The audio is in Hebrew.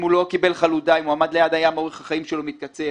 אם הוא לא קיבל חלודה אם הוא עמד ליד הים אורך החיים שלו מתקצר.